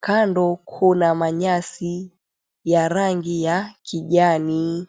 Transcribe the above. Kando kuna manyasi ya rangi ya kijani.